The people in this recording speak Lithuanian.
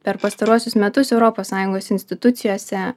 per pastaruosius metus europos sąjungos institucijose